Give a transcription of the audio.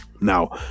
Now